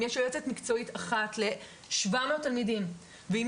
אם יש יועצת מקצועית אחת ל-700 תלמידים ואם